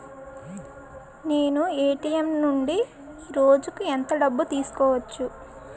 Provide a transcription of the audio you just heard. నేను ఎ.టి.ఎం నుండి రోజుకు ఎంత డబ్బు తీసుకోవచ్చు?